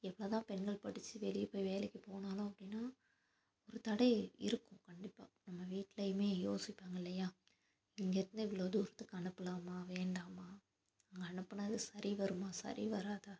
என்ன தான் பெண்கள் படித்து வெளியே போய் வேலைக்கு போனாலும் அப்படின்னால் ஒரு தடை இருக்கும் கண்டிப்பாக நம்ம வீட்டிலையுமே யோசிப்பாங்க இல்லையா இங்கே இருந்து இவ்வளோ தூரத்துக்கு அனுப்பலாமா வேண்டாமா அங்கே அனுப்பினது சரி வருமா சரி வராதா